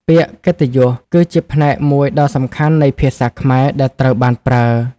ពាក្យកិត្តិយស គឺជាផ្នែកមួយដ៏សំខាន់នៃភាសាខ្មែរដែលត្រូវបានប្រើ។